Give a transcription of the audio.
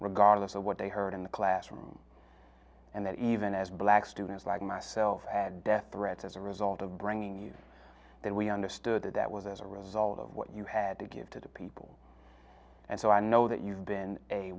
regardless of what they heard in the classroom and that even as black students like myself had death threats as a result of bringing you that we understood that that was as a result of what you had to give to the people and so i know that you've been a